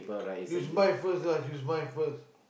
use mine first lah use mine first